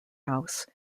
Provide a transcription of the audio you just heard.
house